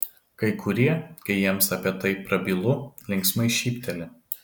kai kurie kai jiems apie tai prabylu linksmai šypteli